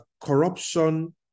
corruption